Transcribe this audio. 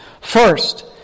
First